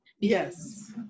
Yes